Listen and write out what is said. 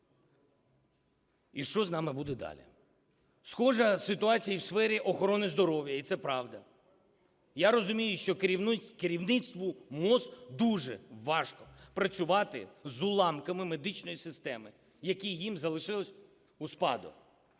і що з нами буде далі. Схожа ситуація і у сфері охорони здоров'я, і це правда. Я розумію, що керівництву МОЗ дуже важко працювати з уламками медичної системи, які їм залишились у спадок.